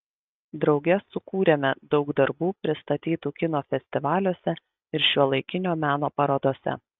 drauge sukūrėme daug darbų pristatytų kino festivaliuose ir šiuolaikinio meno parodose